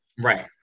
Right